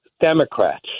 Democrats